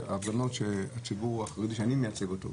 הפגנות של הציבור החרדי שאני מייצג אותו,